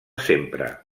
sempre